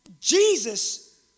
Jesus